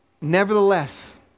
Nevertheless